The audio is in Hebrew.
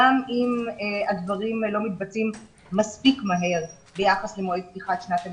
גם אם הדברים לא מתבצעים מספיק מהר ביחס למועד פתיחת שנת הלימודים.